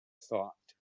thought